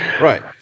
Right